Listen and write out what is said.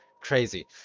Crazy